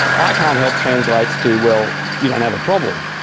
i can't help translates to, well, you don't have a problem,